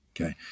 Okay